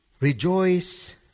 rejoice